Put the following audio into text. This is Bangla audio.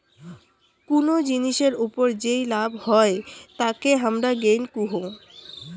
কুনো জিনিসের ওপর যেই লাভ হই তাকে হামারা গেইন কুহু